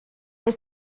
est